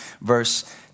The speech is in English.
verse